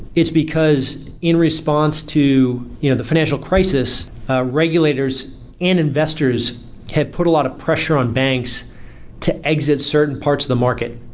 it's because in response to you know the financial crisis ah regulators and investors have put a lot of pressure on banks to exit certain parts of the market.